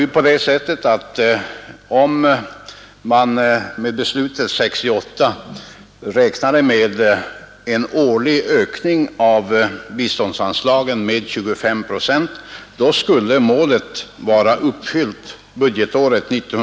I beslutet 1968 räknades med en årlig ökning av biståndsanslagen med 25 procent, vilket innebar att målet skulle vara uppnått budgetåret 1974/75.